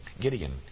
Gideon